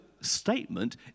statement